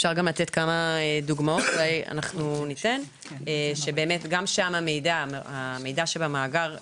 אפשר לתת כמה דוגמאות שגם שם המידע שבמאגר סייע.